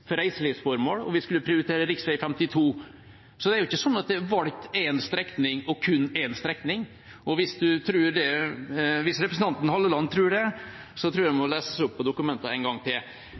til reiselivsformål, og vi skulle prioritere rv. 52. Det er jo ikke slik at det er valgt kun én strekning. Hvis representanten Halleland tror det, tror jeg han må lese seg opp på dokumentene en gang til.